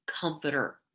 comforter